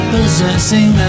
Possessing